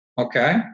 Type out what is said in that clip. Okay